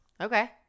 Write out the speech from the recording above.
Okay